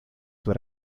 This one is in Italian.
tua